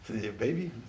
baby